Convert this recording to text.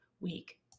week